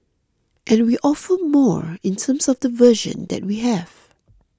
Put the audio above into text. and we offer more in terms of the version that we have